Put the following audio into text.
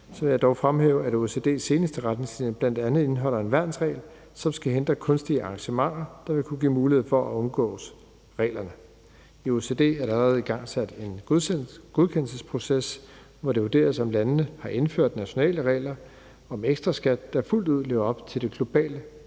vil jeg dog fremhæve, at OECD's seneste retningslinjer bl.a. indeholder en værnsregel, som skal hindre kunstige arrangementer, der vil kunne give mulighed for at omgå reglerne. I OECD er der allerede igangsat en godkendelsesproces, hvor det vurderes, om landene har indført nationale regler om ekstraskat, der fuldt ud lever op til det globale